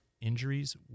injuries